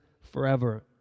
forever